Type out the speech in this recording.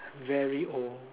very old